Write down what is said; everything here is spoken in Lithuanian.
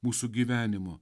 mūsų gyvenimo